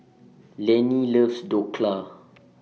Lennie loves Dhokla